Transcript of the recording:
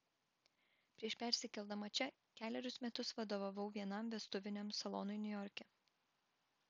prieš persikeldama čia kelerius metus vadovavau vienam vestuviniam salonui niujorke